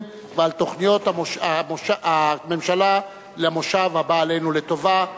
ועל תוכניות הממשלה למושב הבא עלינו לטובה.